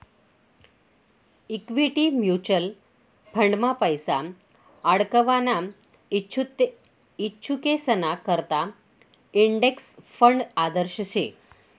equity mutual फंडमा पैसा आडकवाना इच्छुकेसना करता इंडेक्स फंड आदर्श शे